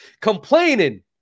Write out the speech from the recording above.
complaining